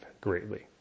greatly